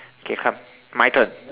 K come my turn